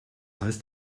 heißt